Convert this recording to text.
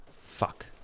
Fuck